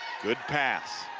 good pass.